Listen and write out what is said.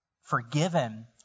forgiven